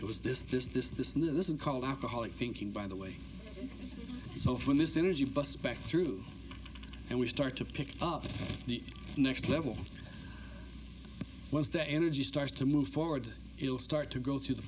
it was this this this this new this is called alcoholic thinking by the way so when this energy bus back through and we start to pick up the next level was the energy starts to move forward you'll start to go through the